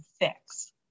fix